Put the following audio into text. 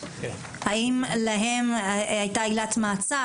האם להם היתה עילת מעצר,